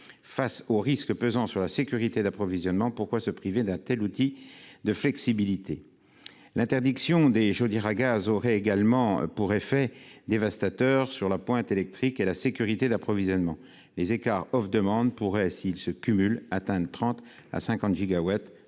Face aux risques pesant sur la sécurité d'approvisionnement, pourquoi se priver d'un tel outil de flexibilité ? L'interdiction des chaudières au gaz aurait également des effets dévastateurs sur la pointe électrique et la sécurité d'approvisionnement. Les écarts entre offre et demande pourraient, s'ils se cumulaient, atteindre lors des pointes